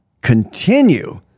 continue